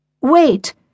Wait